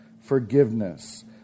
forgiveness